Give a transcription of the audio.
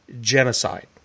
genocide